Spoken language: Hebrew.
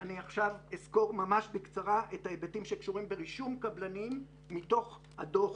אני עכשיו אסקור ממש בקצרה את ההיבטים שקשורים ברישום קבלנים מתוך הדוח